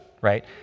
right